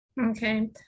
Okay